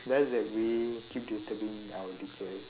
just that we keep disturbing our teacher